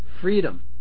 freedom